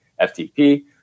FTP